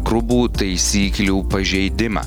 grubų taisyklių pažeidimą